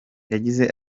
yagize